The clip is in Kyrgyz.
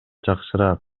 жакшыраак